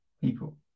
people